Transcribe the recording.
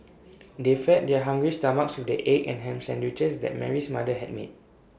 they fed their hungry stomachs with the egg and Ham Sandwiches that Mary's mother had made